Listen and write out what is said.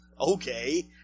okay